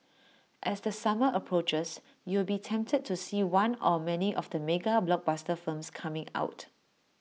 as the summer approaches you will be tempted to see one or many of mega blockbuster films coming out